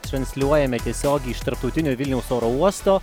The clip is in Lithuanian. transliuojame tiesiogiai iš tarptautinio vilniaus oro uosto